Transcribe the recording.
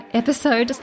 episode